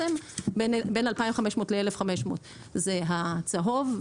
בין 2,500 ל-1,500 זה הצהוב,